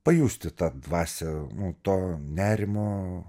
pajusti tą dvasią nu to nerimo